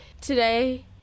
today